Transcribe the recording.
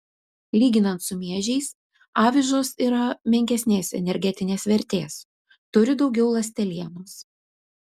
lyginant su miežiais avižos yra menkesnės energetinės vertės turi daugiau ląstelienos